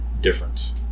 different